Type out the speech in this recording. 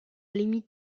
limite